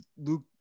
luke